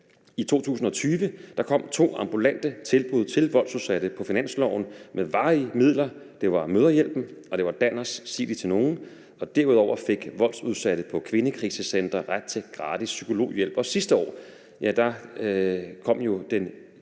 I 2020 kom to ambulante tilbud til voldsudsatte på finansloven med varige midler. Det var Mødrehjælpen, og det var Danners »Sig det til nogen«. Derudover fik voldsudsatte på kvindekrisecentre ret til gratis psykologhjælp.